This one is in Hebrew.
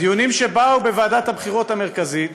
בדיונים שבאו בוועדת הבחירות המרכזית,